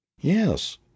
yes